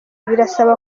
birasaba